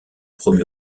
promu